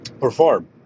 perform